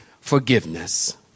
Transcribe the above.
forgiveness